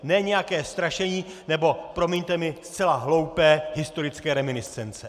Ne nějaké strašení nebo, promiňte mi, zcela hloupé historické reminiscence.